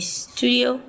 studio